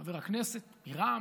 חבר הכנסת מרע"מ,